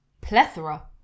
plethora